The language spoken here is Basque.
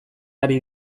ari